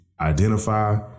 identify